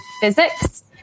physics